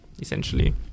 Essentially